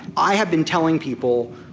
i have been telling people,